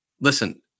Listen